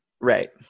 Right